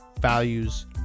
values